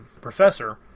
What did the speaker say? Professor